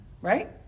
right